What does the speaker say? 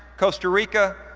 costa rica,